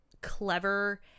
clever